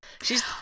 she's-